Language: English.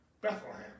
Bethlehem